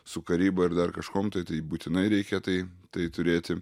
su karyba ir dar kažkuom tai tai būtinai reikia tai tai turėti